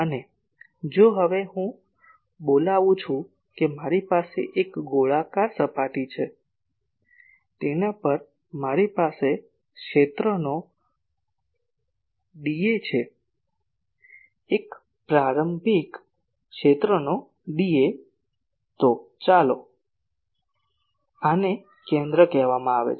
અને જો હવે હું બોલાવે છું કે મારી પાસે એક ગોળાકાર સપાટી છે તેના પર મારી પાસે ક્ષેત્રનો dA છે એક પ્રારંભિક ક્ષેત્રનો dA તો ચાલો આને કેન્દ્ર કહેવામાં આવે છે